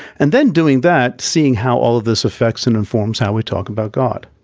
and then doing that, seeing how all of this affects and informs how we talk about god.